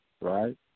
right